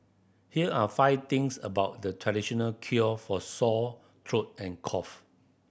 here are five things about the traditional cure for sore throat and cough